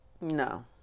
No